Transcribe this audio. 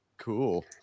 Cool